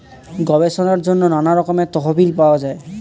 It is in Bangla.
গবেষণার জন্য নানা রকমের তহবিল পাওয়া যায়